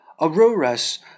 Aurora's